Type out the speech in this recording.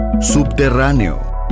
Subterráneo